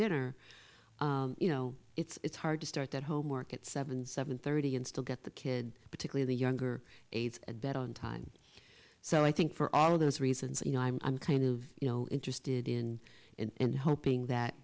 dinner you know it's hard to start that homework at seven seven thirty and still get the kid particularly the younger aides at bed on time so i think for all of those reasons you know i'm i'm kind of you know interested in and hoping